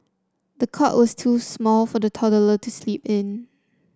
the cot was too small for the toddler to sleep in